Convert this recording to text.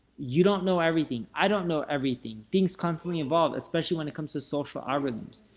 you don't know everything, i don't know everything. things constantly evolve, especially when it comes to social algorithms.